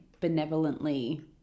benevolently